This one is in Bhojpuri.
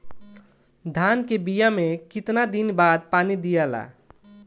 धान के बिया मे कितना दिन के बाद पानी दियाला?